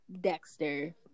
Dexter